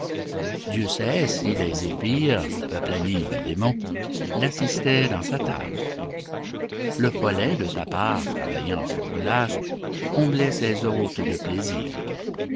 dieu sait si les zéphyrs peuple ami du démon l'assistaient dans sa tâche le follet de sa part travaillant sans relâche comblait ses hôtes de plaisirs